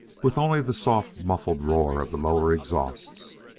with only the soft, muffled roar of the lower exhausts.